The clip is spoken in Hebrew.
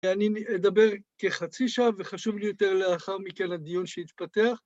ואני אדבר כחצי שעה וחשוב לי יותר לאחר מכן הדיון שיתפתח